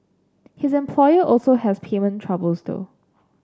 his employer also has payment troubles though